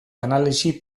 analisi